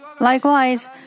Likewise